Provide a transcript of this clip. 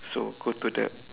so go to that